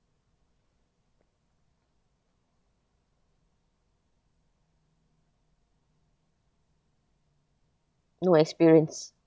no experience